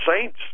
saints